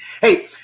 Hey